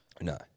No